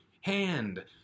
hand